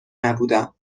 نبودم